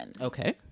Okay